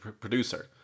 producer